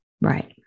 Right